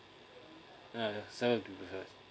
ya ya seven